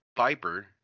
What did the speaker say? Viper